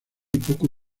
poco